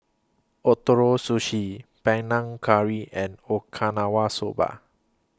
Ootoro Sushi Panang Curry and Okinawa Soba